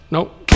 Nope